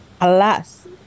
Alas